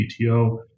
PTO